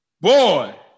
Boy